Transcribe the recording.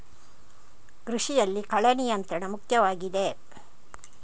ಕೃಷಿಯಲ್ಲಿ ಕಳೆ ನಿಯಂತ್ರಣ ಮುಖ್ಯವಾಗಿದೆ